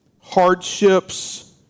hardships